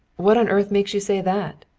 what on earth makes you say that?